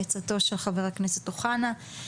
בעצתו של חבר הכנסת אוחנה.